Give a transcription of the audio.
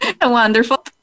Wonderful